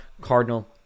Cardinal